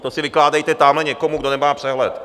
To si vykládejte tamhle někomu, kdo nemá přehled.